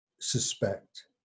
suspect